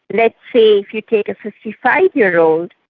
let's say if you take a fifty five year old,